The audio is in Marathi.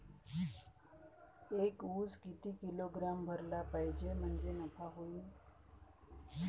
एक उस किती किलोग्रॅम भरला पाहिजे म्हणजे नफा होईन?